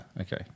okay